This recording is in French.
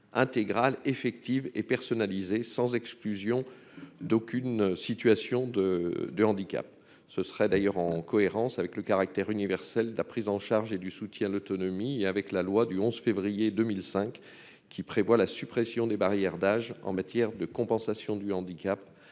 intégrale effective et personnalisé sans exclusion d'aucune situation de de handicap, ce serait d'ailleurs en cohérence avec le caractère universel de la prise en charge et du soutien l'autonomie et avec la loi du 11 février 2005 qui prévoit la suppression des barrières d'âge en matière de compensation du handicap